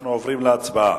אנחנו עוברים להצבעה.